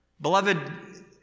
Beloved